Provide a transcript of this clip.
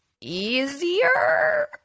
easier